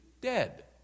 dead